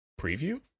preview